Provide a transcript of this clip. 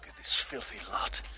this filthy lot.